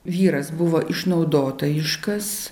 vyras buvo išnaudotojiškas